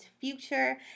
future